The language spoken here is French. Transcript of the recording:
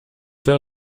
faire